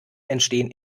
entstehen